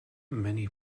many